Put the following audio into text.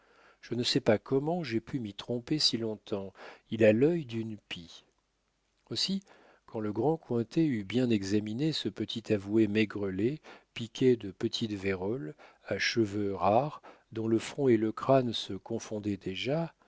je ne sais pas comment j'ai pu m'y tromper si long-temps il a l'œil d'une pie aussi quand le grand cointet eut bien examiné ce petit avoué maigrelet piqué de petite vérole à cheveux rares dont le front et le crâne se confondaient déjà